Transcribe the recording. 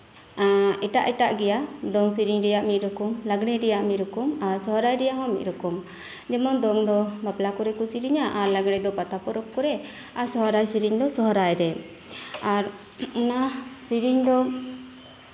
ᱮᱴᱟᱜ ᱮᱴᱟᱜ ᱜᱮᱭᱟ ᱫᱚᱝ ᱨᱮᱭᱟᱜ ᱢᱤᱫ ᱨᱚᱠᱚᱢ ᱞᱟᱜᱽᱲᱮ ᱨᱮᱭᱟᱜ ᱢᱤᱫ ᱨᱚᱠᱚᱢ ᱟᱨ ᱥᱚᱨᱦᱟᱭ ᱨᱮᱭᱟᱜᱦᱚᱸ ᱢᱤᱫ ᱨᱚᱠᱚᱢ ᱡᱮᱢᱚᱱ ᱫᱚᱝ ᱫᱚ ᱵᱟᱯᱞᱟ ᱠᱚᱨᱮ ᱠᱚ ᱥᱮᱨᱮᱧᱟ ᱟᱨ ᱞᱟᱜᱽᱲᱮ ᱫᱚ ᱯᱟᱛᱟ ᱯᱚᱨᱚᱵᱽ ᱠᱚᱨᱮᱜ ᱟᱨ ᱥᱚᱨᱦᱟᱭ ᱥᱮᱨᱮᱧ ᱫᱚ ᱥᱚᱨᱦᱟᱭᱨᱮ ᱚᱱᱟ ᱥᱮᱨᱮᱧ ᱫᱚ